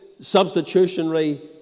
substitutionary